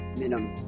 minimum